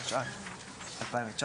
התשע"ט-2019.